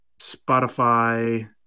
Spotify